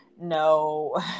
No